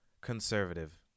Conservative